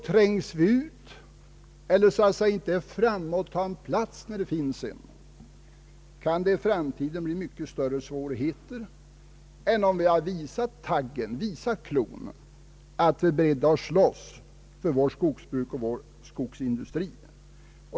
Trängs vi ut eller är vi inte framme och tar en plats när det finns en, kan det i framtiden bli mycket större svårigheter än om vi har visat att vi är beredda att slåss för vårt skogsbruk och vår skogsindustri.